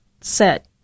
set